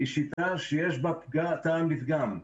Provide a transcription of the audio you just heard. היא שיטה שיש בה טעם לפגם.